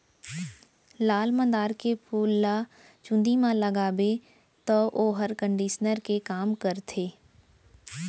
लाल मंदार के फूल ल चूंदी म लगाबे तौ वोहर कंडीसनर के काम करथे